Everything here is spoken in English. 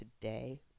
today